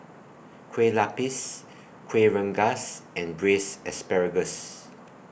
Kueh Lapis Kueh Rengas and Braised Asparagus